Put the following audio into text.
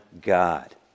God